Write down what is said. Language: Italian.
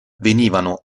venivano